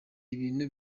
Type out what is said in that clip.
ibintu